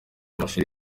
amashuri